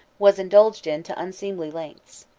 was indulged in to unseemly lengths.